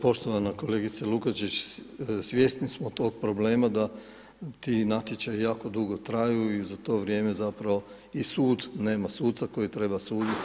Poštovana kolegice Lukačić, svjesni smo tog problema da ti natječaji jako dugo traju i za to vrijeme zapravo i sud nema suca koji treba suditi.